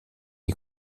die